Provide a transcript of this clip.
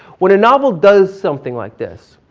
when a novel does something like this,